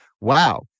wow